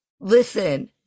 Listen